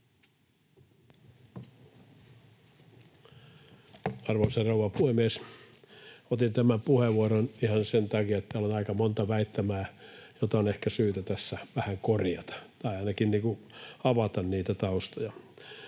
Arvoisa rouva puhemies! Otin tämän puheenvuoron ihan sen takia, että on aika monta väittämää, joita on ehkä syytä tässä vähän korjata, tai ainakin avata niitä taustoja: